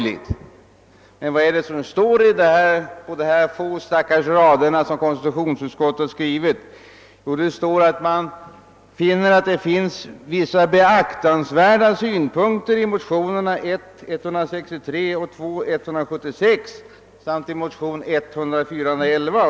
Men vad är det utskottet säger på de stackars rader utskottet skrivit? Jo, där uttalas bl.a. att man finner »att vissa beaktansvärda synpunkter anförts i motionerna I: 163 och II: 176 samt I: 411«.